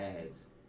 ads